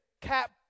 cap